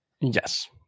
Yes